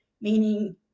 meaning